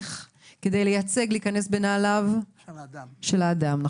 מתמשך כדי לייצג, להיכנס לנעליו של האדם.